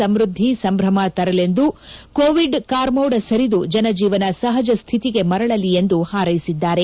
ಸಮೃದ್ಧಿ ಸಂಭಮ ತರಲೆಂದು ಕೋವಿಡ್ ಕಾರ್ಮೊಡ ಸರಿದು ಜನಜೀವನ ಸಪಜ ಶ್ವಿತಿಗೆ ಮರಳಲಿ ಎಂದು ಪಾರೈಸಿದ್ದಾರೆ